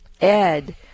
Ed